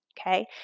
Okay